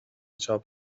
چاپ